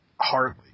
Hardly